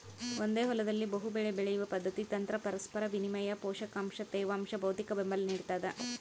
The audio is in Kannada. ಒಂದೇ ಹೊಲದಲ್ಲಿ ಬಹುಬೆಳೆ ಬೆಳೆಯುವ ಪದ್ಧತಿ ತಂತ್ರ ಪರಸ್ಪರ ವಿನಿಮಯ ಪೋಷಕಾಂಶ ತೇವಾಂಶ ಭೌತಿಕಬೆಂಬಲ ನಿಡ್ತದ